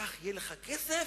כך יהיה לך כסף